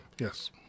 Yes